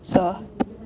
so